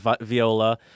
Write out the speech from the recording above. viola